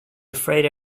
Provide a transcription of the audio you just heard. afraid